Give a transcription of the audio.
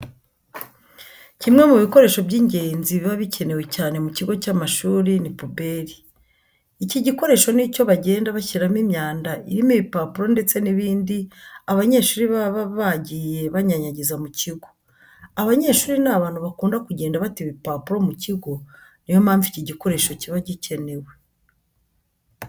Kimwe mu bikoresho by'ingenzi biba bikenewe cyane mu kigo cy'amashuri ni puberi. Iki gikoresho ni cyo bagenda bashyiramo imyanda irimo ibipapuro ndetse n'ibindi abanyeshuri baba bagiye banyanyagiza mu kigo. Abanyeshuri ni abantu bakunda kugenda bata ibipapuro mu kigo, niyo mpamvu iki gikoresho kiba gikenewe.